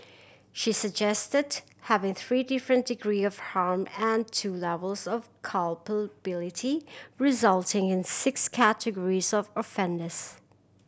she suggested having three different degrees of harm and two levels of culpability resulting in six categories of offenders